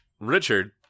Richard